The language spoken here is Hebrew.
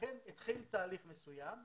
ולכן התחיל תהליך מסוים.